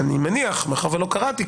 אני מניח מאחר ולא קראתי,